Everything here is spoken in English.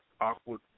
Awkward